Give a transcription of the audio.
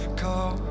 call